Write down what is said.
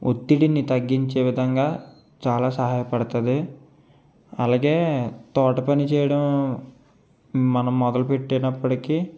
ఒత్తిడిని తగ్గించే విధంగా చాలా సహాయపడతాది అలాగే తోట పని చేయడం మనం మొదలు పెట్టినప్పటికీ